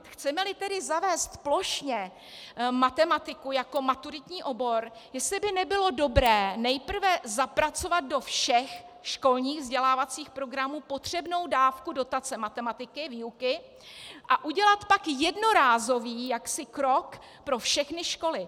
Chcemeli tedy zavést plošně matematiku jako maturitní obor, jestli by nebylo dobré nejprve zapracovat do všech školních vzdělávacích programů potřebnou dávku dotace matematiky, výuky, a udělat pak jednorázový krok pro všechny školy.